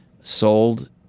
sold